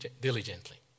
diligently